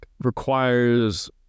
requires